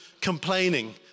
complaining